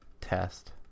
test